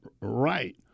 right